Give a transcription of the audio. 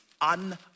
un